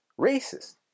racist